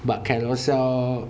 but can also